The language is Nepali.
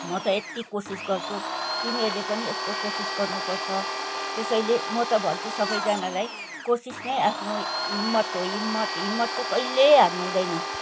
म त यति कोसिस गर्छु तिमीहरूले पनि यस्तो कोसिस गर्नुपर्छ त्यसैले म त भन्छु सबैजानालाई कोसिस नै आफ्नो हिम्मत हो हिम्मत हिम्मत चाहिँ कहिले हार्नु हुँदैन